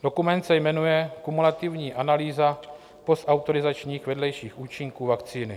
Dokument se jmenuje Kumulativní analýza postautorizačních vedlejších účinků vakcíny.